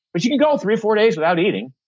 but you can go three or four days without eating,